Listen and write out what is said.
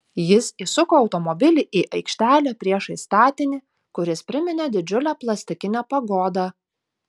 jis įsuko automobilį į aikštelę priešais statinį kuris priminė didžiulę plastikinę pagodą